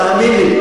תאמין לי,